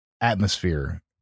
atmosphere